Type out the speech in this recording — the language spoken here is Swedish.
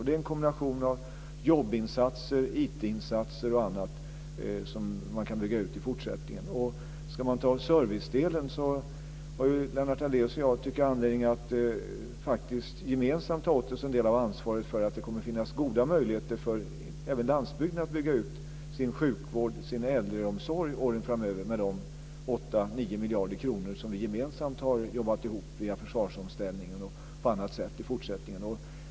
Det är en kombination av jobbinsatser, IT-insatser och annat som man kan bygga ut i fortsättningen. Ska man ta servicedelen har Lennart Daléus och jag faktiskt anledning att gemensamt ta åt oss en del av ansvaret för att det kommer att finnas goda möjligheter även för landsbygden att bygga ut sin sjukvård och sin äldreomsorg under åren framöver med de 8-9 miljarder kronor som vi gemensamt har jobbat ihop via försvarsomställningen och på annat sätt.